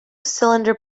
cylinder